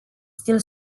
still